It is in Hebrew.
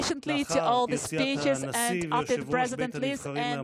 לאחר יציאת הנשיא ויושב-ראש בית הנבחרים מהמליאה,